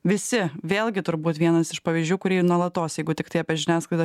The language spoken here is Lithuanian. visi vėlgi turbūt vienas iš pavyzdžių kurį nuolatos jeigu tiktai apie žiniasklaidą